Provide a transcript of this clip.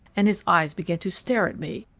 and his eyes began to stare at me,